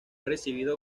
recibido